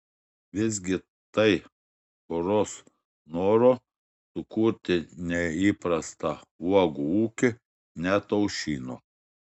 visgi tai poros noro sukurti neįprastą uogų ūkį neataušino